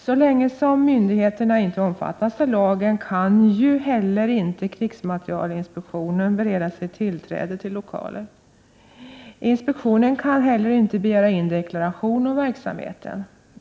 Så länge som myndigheterna inte omfattas av lagen kan ju heller inte krigsmaterielinspektionen bereda sig tillträde till deras lokaler. Inspektionen kan inte heller begära in deklaration om verksamheten.